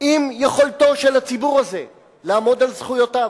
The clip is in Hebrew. עם יכולתו של הציבור הזה לעמוד על זכויותיו.